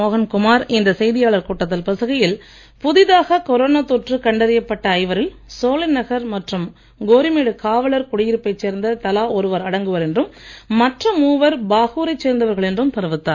மோகன்குமார் இந்த செய்தியாளர் கூட்டத்தில் பேசுகையில் புதிதாகக் கொரோனா தொற்று கண்டறியப் பட்ட ஐவரில் சோலைநகர் மற்றும் கோரிமேடு காவலர் குடியிருப்பைச் சேர்ந்த தலா ஒருவர் அடங்குவர் என்றும் மற்ற மூவர் பாகூ ரைச் சேர்ந்தவர்கள் என்றும் தெரிவித்தார்